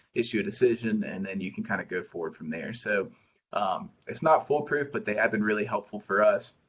issue a decision and then you can kind of go forth from there. so it's not foolproof but they have been really helpful for us.